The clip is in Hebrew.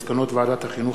מסקנות ועדת החינוך,